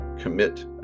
commit